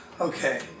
okay